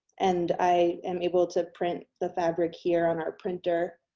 and i am able to print the fabric here on our printer.